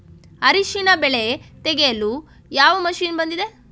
ಅರಿಶಿನ ಬೆಳೆ ತೆಗೆಯಲು ಯಾವ ಮಷೀನ್ ಬಂದಿದೆ?